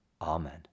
Amen